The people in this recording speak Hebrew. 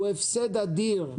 הוא הפסד אדיר.